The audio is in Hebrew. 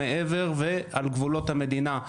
מעבר ועל גבולות המדינה.